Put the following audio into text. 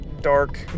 dark